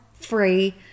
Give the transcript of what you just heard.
free